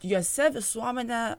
jose visuomenė